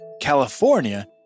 California